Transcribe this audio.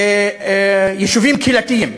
יישובים קהילתיים,